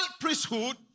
priesthood